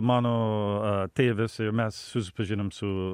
mano a tėvis ir mes susipažinom su